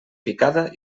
picada